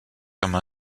comme